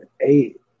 eight